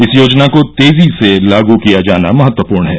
इस योजना को तेजी से लागू किया जाना महत्वपूर्ण है